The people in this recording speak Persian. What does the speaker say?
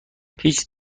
هیچ